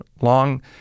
long